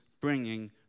bringing